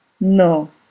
No